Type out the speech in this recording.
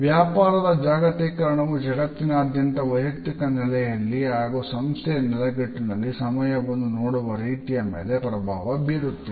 ವ್ಯಾಪಾರದ ಜಾಗತೀಕರಣವು ಜಗತ್ತಿನಾದ್ಯಂತ ವೈಯುಕ್ತಿಕ ನೆಲೆಯಲ್ಲಿ ಹಾಗೂ ಸಂಸ್ಥೆಯ ನೆಲೆಗಟ್ಟಿನಲ್ಲಿ ಸಮಯವನ್ನು ನೋಡುವ ರೀತಿಯ ಮೇಲೆ ಪ್ರಭಾವ ಬೀರುತ್ತಿದೆ